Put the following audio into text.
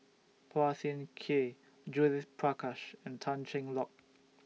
Phua Thin Kiay Judith Prakash and Tan Cheng Lock